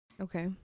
Okay